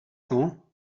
cents